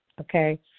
okay